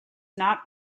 not